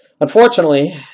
Unfortunately